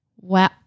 Wow